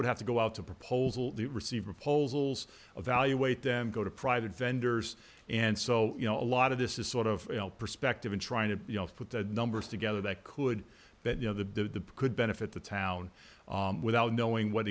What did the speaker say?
have to go out to proposal receive proposals evaluate them go to private vendors and so you know a lot of this is sort of perspective in trying to put the numbers together that could that you know the could benefit the town without knowing what